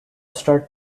star